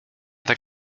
tak